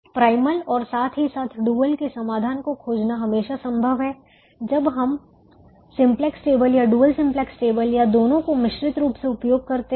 primal और साथ ही साथ डुअल के समाधान को खोजना हमेशा संभव है जब हम सिंपलेक्स टेबल या डुअल सिंपलेक्स टेबल या दोनों को मिश्रित रूप से उपयोग करते हैं